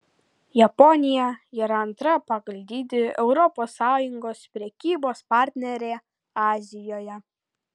japonija yra antra pagal dydį europos sąjungos prekybos partnerė azijoje